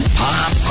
pop